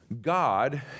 God